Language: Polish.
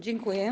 Dziękuję.